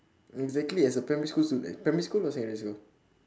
exactly as a primary school student primary school or secondary school